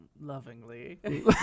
lovingly